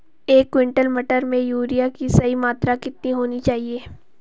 एक क्विंटल मटर में यूरिया की सही मात्रा कितनी होनी चाहिए?